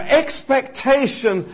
expectation